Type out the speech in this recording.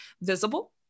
visible